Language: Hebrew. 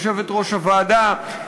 יושבת-ראש הוועדה,